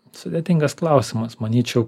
sudėtingas klausimas manyčiau